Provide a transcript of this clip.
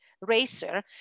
racer